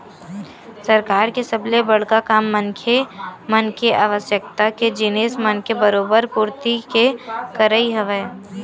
सरकार के सबले बड़का काम मनखे मन के आवश्यकता के जिनिस मन के बरोबर पूरति के करई हवय